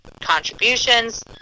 contributions